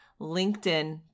LinkedIn